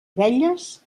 abelles